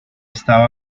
estaba